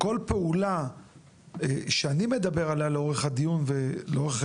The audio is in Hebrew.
כל פעולה שאני מדבר עליה לאורך הדיון ולאורך